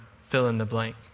fill-in-the-blank